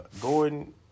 Gordon